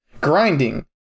Grinding